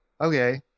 okay